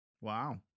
wow